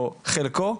או לפחות חלקו,